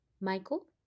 Michael